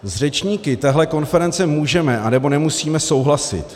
S řečníky téhle konference můžeme, anebo nemusíme souhlasit.